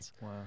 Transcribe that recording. Wow